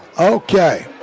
Okay